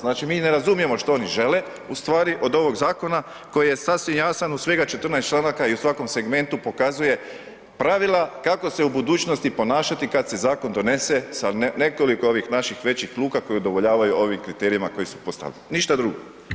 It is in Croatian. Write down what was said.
Znači mi ne razumijemo što oni žele u stvari od ovog zakona koji je sasvim jasan u svega 14 članaka i u svakom segmentu pokazuje pravila kako se u budućnosti ponašati kad se zakon donese sa nekoliko ovih naših većih luka koji udovoljavaju ovim kriterijima koji su postavljeni, ništa drugo.